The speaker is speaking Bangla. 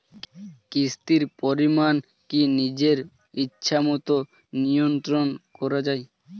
কিস্তির পরিমাণ কি নিজের ইচ্ছামত নিয়ন্ত্রণ করা যায়?